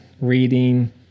reading